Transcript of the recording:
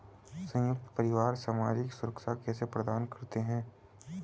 संयुक्त परिवार सामाजिक सुरक्षा कैसे प्रदान करते हैं?